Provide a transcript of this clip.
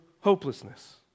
hopelessness